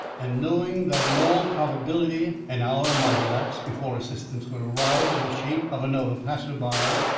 and, knowing that in all probability an hour might elapse before assistance would arrive in the shape of another passer-by,